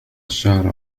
الشهر